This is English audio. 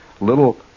little